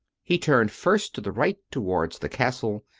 he turned first to the right towards the castle,